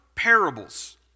parables